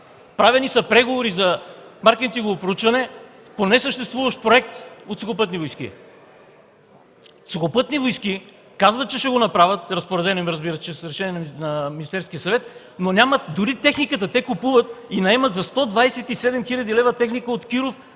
Правени са преговори за маркетингово проучване по несъществуващ проект от „Сухопътни войски”. От „Сухопътни войски” казват, че ще го направят, разбира се, разпоредено им е чрез решение на Министерския съвет, но нямат дори техниката. Те купуват и наемат за 127 хил. лв. техника от „Киров